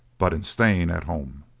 but in staying at home.